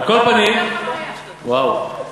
על כל פנים, וואו.